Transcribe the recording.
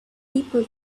people